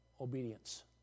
obedience